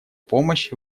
помощь